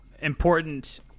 important